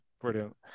Brilliant